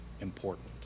important